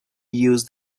use